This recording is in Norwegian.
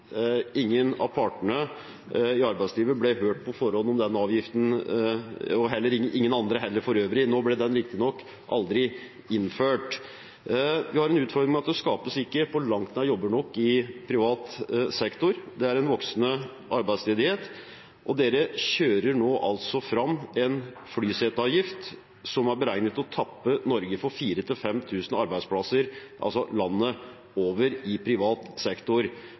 Ingen av partene i arbeidslivet ble hørt på forhånd om den avgiften – og ingen andre heller, for øvrig. Den ble riktignok aldri innført. Vi har en utfordring med at det ikke på langt nær skapes nok jobber i privat sektor. Det er en voksende arbeidsledighet, og man kjører nå fram en flyseteavgift som er beregnet å tappe Norge for 4 000–5 000 arbeidsplasser landet over i privat sektor.